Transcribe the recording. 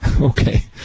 okay